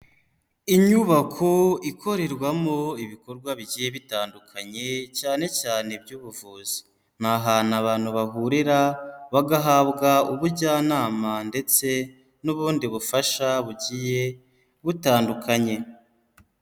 Inyubako ikorerwamo ibikorwa bigiye bitandukanye cyane cyane iby'ubuvuzi, ni ahantu abantu bahurira bagahabwa ubujyanama, ndetse n'ubundi bufasha bugiye butandukanye.